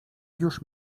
już